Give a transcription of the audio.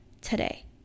today